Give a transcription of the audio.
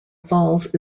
falls